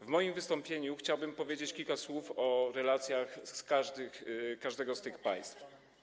W moim wystąpieniu chciałbym powiedzieć kilka słów o relacjach z każdym z tych państw.